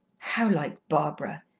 how like barbara!